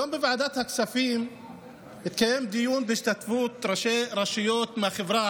היום בוועדת הכספים התקיים דיון בהשתתפות ראשי רשויות מהחברה הערבית,